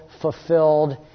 fulfilled